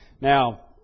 Now